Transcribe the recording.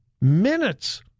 Minutes